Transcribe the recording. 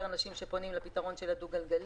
אנשים שפונים לפתרון של הדו-גלגלי.